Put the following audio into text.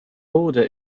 border